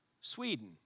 Sweden